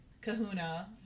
kahuna